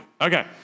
Okay